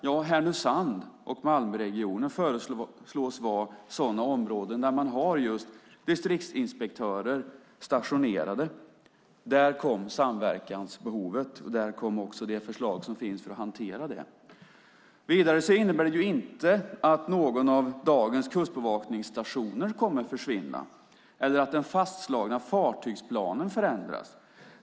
Ja, Härnösand och Malmöregionen föreslås vara sådana områden där man har distriktsinspektörer stationerade. Där kom samverkansbehovet, och där kom också det förslag som finns för att hantera det. Det innebär inte att någon av dagens kustbevakningsstationer kommer att försvinna eller att den fastslagna fartygsplanen förändras.